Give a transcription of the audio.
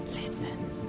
listen